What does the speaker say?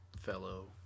fellow